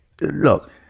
look